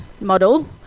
model